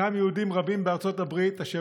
ישנם יהודים רבים בארצות הברית אשר